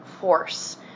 force